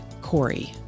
Corey